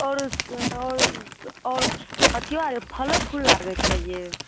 आओर आओर आओर अथी आओर फलो फूल लागै छै अइ